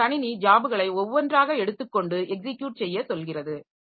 எனவே கணினி ஜாப்களை ஒவ்வொன்றாக எடுத்துக்கொண்டு எக்ஸிகியுட் செய்ய செல்கிறது